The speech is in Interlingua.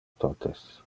totes